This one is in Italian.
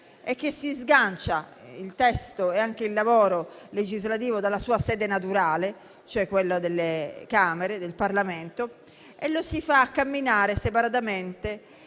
è di sganciare il testo e anche il lavoro legislativo dalla sua sede naturale, cioè quello delle Camere e del Parlamento, e di farlo camminare separatamente,